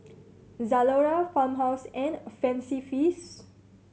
Zalora Farmhouse and Fancy Feast